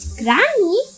granny